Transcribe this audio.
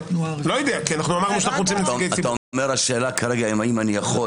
אתה אומר השאלה כרגע האם אני יכול